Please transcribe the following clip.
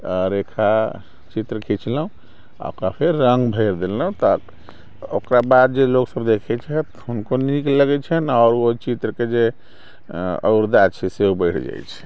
आ रेखा चित्र खीचलहुॅं आ ओकरा फेर रंग भरि देलहुॅं तऽ ओकरा बाद जे लोक सब देखै छथि तऽ हुनको नीक लगै छनि आओर ओहि चित्र के जे ओरदा छै सेहो बढ़ि जाइ छै